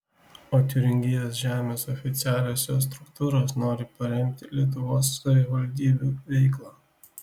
o tiūringijos žemės oficialiosios struktūros nori paremti lietuvos savivaldybių veiklą